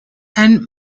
and